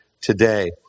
today